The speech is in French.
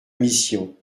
mission